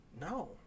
No